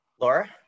Laura